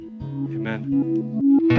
Amen